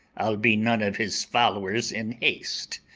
i'll be none of his followers in haste